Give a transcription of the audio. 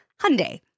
Hyundai